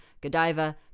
Godiva